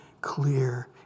clear